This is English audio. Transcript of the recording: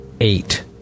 eight